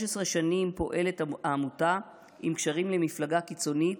15 שנים פועלת עמותה עם קשרים למפלגה קיצונית